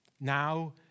Now